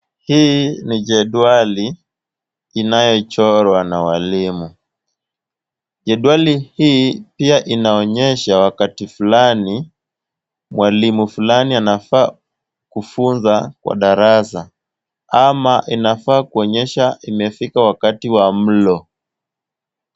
Hii ni jedwali, inayochorwa na walimu. Jedwali hii pia inaonyesha wakati fulani, mwalimu fulani anafaa kufunza kwa darasa, ama inafaa kuonyesha imefika wakati wa mlo.